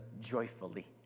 joyfully